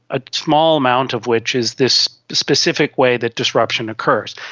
a small amount of which is this specific way that disruption occurs.